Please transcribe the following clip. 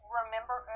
remember